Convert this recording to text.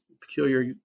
peculiar